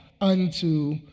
unto